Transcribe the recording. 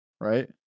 Right